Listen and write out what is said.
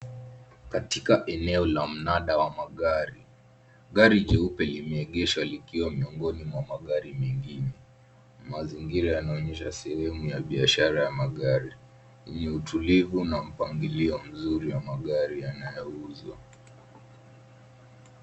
Katika eneo la mnada wa magari. Gari jeupe limeegeshwa likiwa miongoni mwa magari mengine. Mazingira yanaonyesha sehemu ya biashara ya magari, yenye utulivu na mpangilio mzuri wa magari yanayouzwa.